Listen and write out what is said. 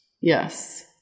Yes